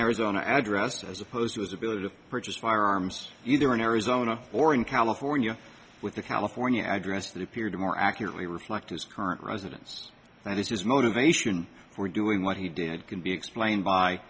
arizona address as opposed to his ability to purchase firearms either in arizona or in california with the california address that appeared to more accurately reflect his current residence and this his motivation for doing what he did can be explained by